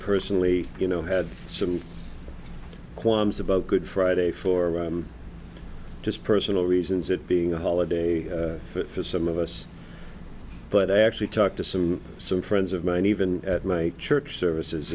personally you know had some qualms about good friday for just personal reasons it being a holiday for some of us but i actually talked to some some friends of mine even at my church services